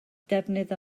defnydd